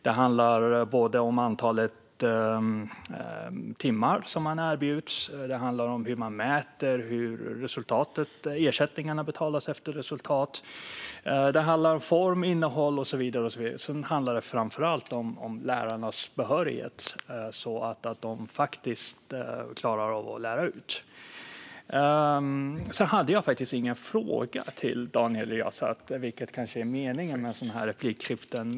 De handlar i stället om antalet timmar man erbjuds och hur resultatet mäts - ersättningarna betalas efter resultat - samt om form, innehåll och så vidare. Framför allt handlar det om lärarnas behörighet och att de faktiskt klarar av att lära ut. Jag hade egentligen ingen fråga till Daniel Riazat, vilket kanske är meningen med ett sådant här replikskifte.